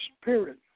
spirit